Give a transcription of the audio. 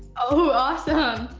oh, awesome,